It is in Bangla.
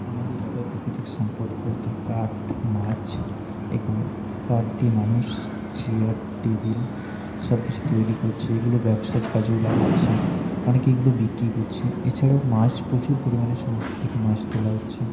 আমাদের এলাকায় প্রাকৃতিক সম্পদ বলতে কাঠ মাছ এগুলো কাঠ দিয়ে মানুষ চেয়ার টেবিল সব কিছু তৈরি করছে এগুলো ব্যবসার কাজেও লাগাচ্ছে অনেকে এগুলো বিক্রি করছে এছাড়াও মাছ প্রচুর পরিমাণে সমুদ্র থেকে মাছ তোলা হচ্ছে